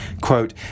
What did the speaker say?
quote